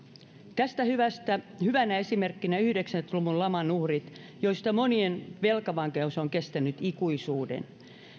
tästä hyvänä esimerkkinä ovat yhdeksänkymmentä luvun laman uhrit joista monien velkavankeus on kestänyt ikuisuuden